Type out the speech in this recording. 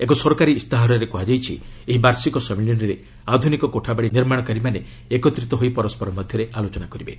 ଏକ ସରକାରୀ ଇସ୍ତାହାରରେ କୁହାଯାଇଛି ଏହି ବାର୍ଷିକ ସମ୍ମିଳନୀରେ ଆଧୁନିକ କୋଠାବାଡ଼ି ନିର୍ମାଣକାରୀମାନେ ଏକତ୍ରିତ ହୋଇ ପରସ୍କର ମଧ୍ୟରେ ଆଲୋଚନା କରିବେ